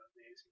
amazing